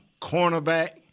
cornerback